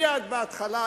מייד בהתחלה,